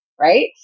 Right